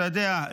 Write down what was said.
אתה יודע,